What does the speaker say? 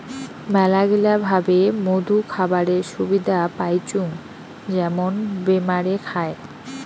মেলাগিলা ভাবে মধু খাবারের সুবিধা পাইচুঙ যেমন বেমারে খায়